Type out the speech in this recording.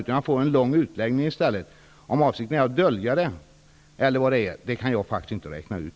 I stället får jag en lång utläggning. Om avsikten är att dölja något kan jag faktiskt inte räkna ut.